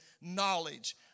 knowledge